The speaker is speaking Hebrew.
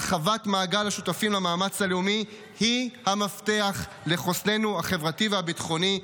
הרחבת מעגל השותפים למאמץ הלאומי היא המפתח לחוסננו החברתי והביטחוני.